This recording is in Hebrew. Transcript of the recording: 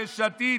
יש עתיד,